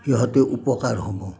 সিহঁতে উপকাৰ হ'ব